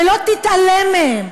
ולא תתעלם מהם,